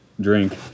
drink